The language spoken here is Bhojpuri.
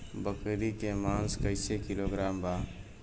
बकरी के मांस कईसे किलोग्राम बा?